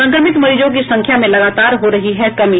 संक्रमित मरीजों की संख्या में लगातार हो रही है कमी